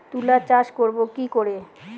তুলা চাষ করব কি করে?